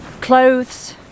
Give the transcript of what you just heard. clothes